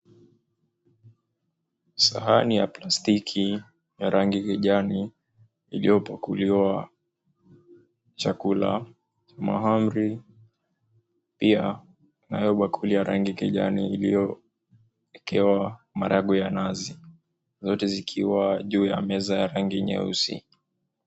Sahani ya plastiki ya rangi kijani iliyopukuliwa chakula cha mahamri pia nayo bakuli ya rangi kijani iliyowekewa marago ya nazi. Zote zikiwa juu ya meza ya rangi nyeusi.